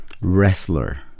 wrestler